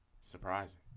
Surprising